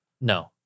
no